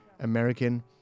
American